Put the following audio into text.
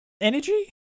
energy